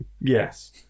Yes